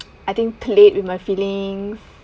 I think played with my feelings